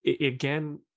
again